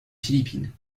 philippines